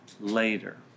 later